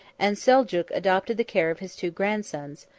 and seljuk adopted the care of his two grandsons,